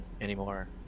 anymore